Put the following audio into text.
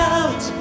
out